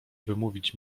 wymówić